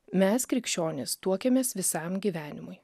mes krikščionys tuokiamės visam gyvenimui